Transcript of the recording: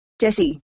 Jesse